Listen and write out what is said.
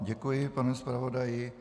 Děkuji panu zpravodaji.